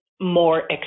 More